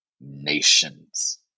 nations